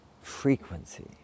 frequency